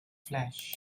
flesh